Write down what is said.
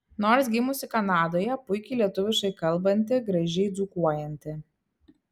nors gimusi kanadoje puikiai lietuviškai kalbanti gražiai dzūkuojanti